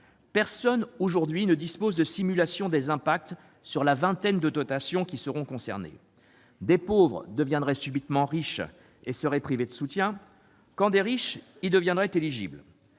Personne aujourd'hui ne dispose de simulation des conséquences possibles sur la vingtaine de dotations qui seront concernées. Des pauvres deviendraient subitement riches et seraient privés de soutien, quand des riches y deviendraient éligibles